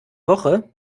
woche